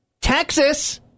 Texas